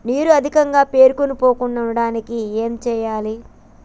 నీరు అధికంగా పేరుకుపోకుండా ఉండటానికి ఏం చేయాలి?